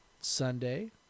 Sunday